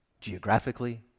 geographically